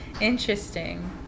Interesting